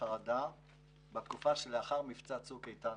חרדה בתקופה שלאחר מבצע צוק איתן.